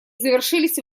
завершились